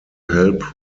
help